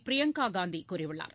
பிரியங்கா காந்தி கூறியுள்ளார்